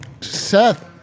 Seth